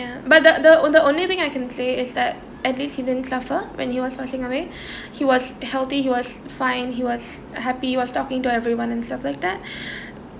ya but the the the only thing I can say is that at least he didn't suffer when he was passing away he was healthy he was fine he was happy he was talking to everyone and stuff like that